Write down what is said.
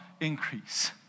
increase